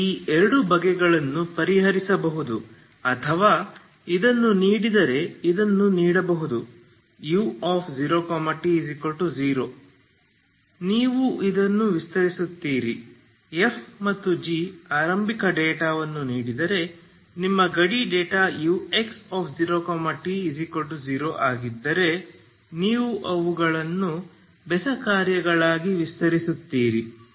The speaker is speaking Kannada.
ನೀವು ಈ ಎರಡು ಬಗೆಗಳನ್ನು ಪರಿಹರಿಸಬಹುದು ಅಥವಾ ಇದನ್ನು ನೀಡಿದರೆ ಇದನ್ನು ನೀಡಬಹುದು u0t0 ನೀವು ಇದನ್ನು ವಿಸ್ತರಿಸುತ್ತೀರಿ f ಮತ್ತು g ಆರಂಭಿಕ ಡೇಟಾವನ್ನು ನೀಡಿದರೆ ನಿಮ್ಮ ಗಡಿ ಡೇಟಾ ux0t0 ಆಗಿದ್ದರೆ ನೀವು ಅವುಗಳನ್ನು ಬೆಸ ಕಾರ್ಯಗಳಾಗಿ ವಿಸ್ತರಿಸುತ್ತೀರಿ